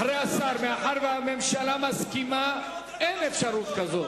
אחרי השר, מאחר שהממשלה מסכימה, אין אפשרות כזו.